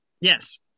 yes